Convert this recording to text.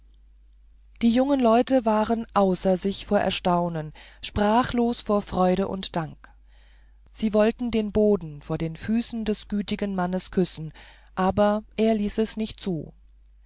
die jungen leute waren außer sich vor erstaunen sprachlos vor freude und dank sie wollten den boden vor den füßen des gütigen mannes küssen aber er ließ es nicht zu